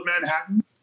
Manhattan